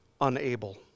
unable